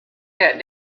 that